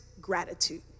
gratitude